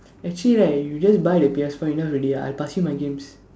actually right you just buy the P_S four enough already I pass you my games